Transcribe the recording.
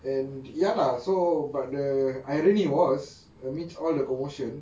and ya lah so but the irony was amidst all the commotion